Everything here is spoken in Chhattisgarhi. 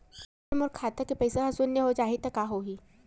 अगर मोर खाता के पईसा ह शून्य हो जाही त का होही?